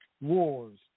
wars